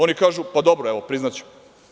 Oni kažu – pa, dobro, evo priznaćemo.